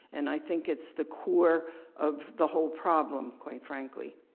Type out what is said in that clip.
and i think it's the core of the whole problem quite frankly.